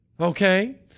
Okay